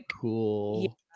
cool